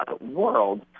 world